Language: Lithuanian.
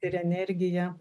ir energija